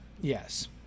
Yes